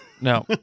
no